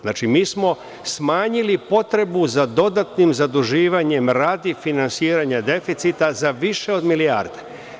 Znači, mi smanjili potrebu za dodatnim zaduživanjem radi finansiranja deficita za više od milijarde.